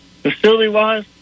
Facility-wise